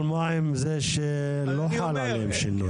אבל מה עם אלה שלא חל בהם שינוי?